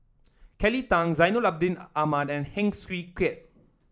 Kelly Tang Zainal Abidin Ahmad and Heng Swee Keat